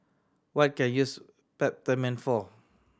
what can I use Peptamen for